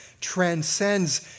transcends